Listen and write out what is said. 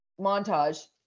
montage